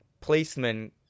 policemen